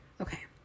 Okay